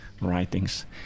writings